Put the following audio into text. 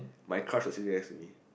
my crush was sitting next to me